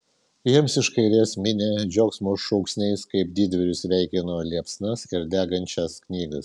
jiems iš kairės minia džiaugsmo šūksniais kaip didvyrius sveikino liepsnas ir degančias knygas